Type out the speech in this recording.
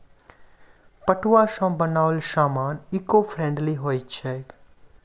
पटुआ सॅ बनाओल सामान ईको फ्रेंडली होइत अछि